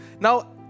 Now